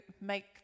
make